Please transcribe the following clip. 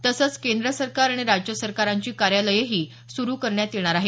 तसंच केंद्र सरकार आणि राज्य सरकारांची कार्यालयंही सुरू राहणार आहेत